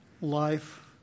life